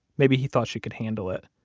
maybe he thought she could handle it.